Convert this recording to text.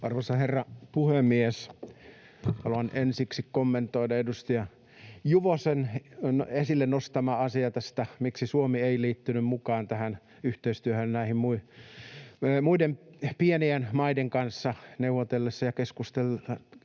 Arvoisa herra puhemies! Haluan ensiksi kommentoida edustaja Juvosen esille nostamaa asiaa tästä, miksi Suomi ei liittynyt mukaan yhteistyöhön muiden pienien maiden kanssa neuvoteltaessa ja keskusteltaessa